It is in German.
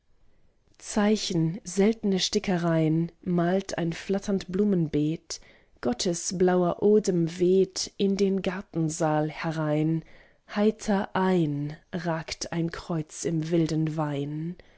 zeichen seltne stickerein malt ein flatternd blumenbeet gottes blauer odem weht in den gartensaal herein heiter ein ragt ein kreuz im wilden wein